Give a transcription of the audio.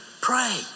Pray